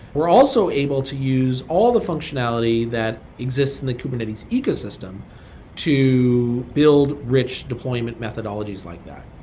we're also able to use all the functionality that exists in the kubernetes ecosystem to build rich deployment methodologies like that.